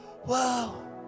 wow